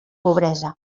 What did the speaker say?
pobresa